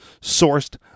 sourced